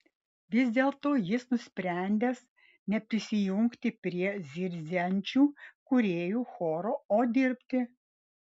vis dėlto jis nusprendęs neprisijungti prie zirziančių kūrėjų choro o dirbti